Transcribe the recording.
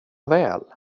väl